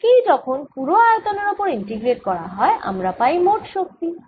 একেই যখন পুরো আয়তনের ওপর ইন্টিগ্রেট করা হয় আমরা পাই মোট শক্তি